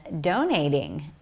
donating